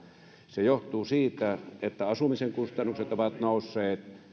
se johtuu siitä että asumisen kustannukset ovat nousseet